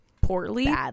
poorly